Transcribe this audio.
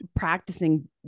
practicing